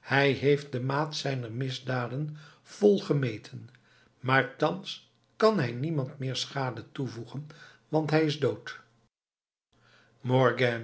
hij heeft de maat zijner misdaden vol gemeten maar thans kan hij niemand meer schade toevoegen want hij is dood morgiane